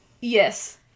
Yes